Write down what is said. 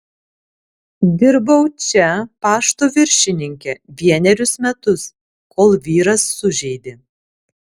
dirbau čia pašto viršininke vienerius metus kol vyras sužeidė